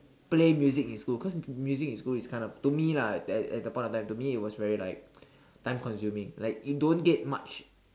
play music in school cause music in school it's kind of to me lah that at that point of time to me it was very like time consuming like you don't get much